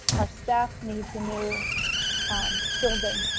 our staff needs a new building,